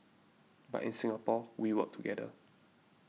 but in Singapore we work together